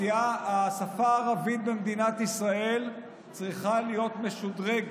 השפה הערבית במדינת ישראל צריכה להיות משודרגת,